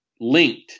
linked